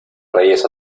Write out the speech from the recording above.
reyes